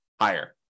higher